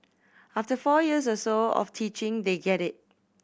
after four years or so of teaching they get it